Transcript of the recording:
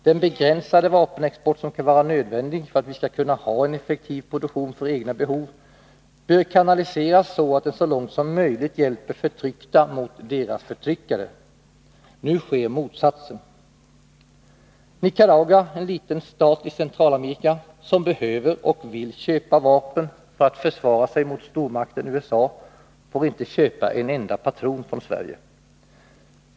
Den begränsade vapenexport som kan vara nödvändig för att vi skall kunna ha en effektiv produktion för egna behov bör kanaliseras så att den så långt som möjligt hjälper förtryckta mot deras förtryckare. Nu sker motsatsen. Nicaragua, en liten stat i Centralamerika, som behöver och vill köpa vapen för att försvara sig mot stormakten USA, får inte köpa en enda patron från Sverige.